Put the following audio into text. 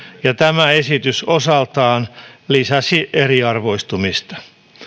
ja tämä esitys osaltaan lisäsi eriarvoistumista